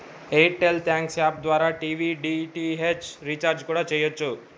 air tell thanks app ద్వారా TV DTH recharge కూడా చెయ్యొచ్చు